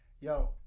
yo